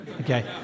okay